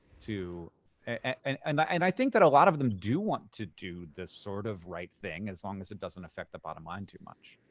and and and i think that a lot of them do want to do the sort of right thing as long as it doesn't affect the bottom line too much.